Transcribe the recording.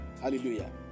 Hallelujah